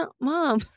mom